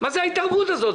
מה זאת ההתערבות הזאת?